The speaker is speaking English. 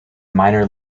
minor